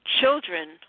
children